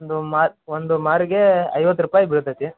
ಅದು ಮಾರಿ ಒಂದು ಮಾರಿಗೆ ಐವತ್ತು ರೂಪಾಯಿ ಬೀಳ್ತೈತಿ